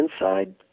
inside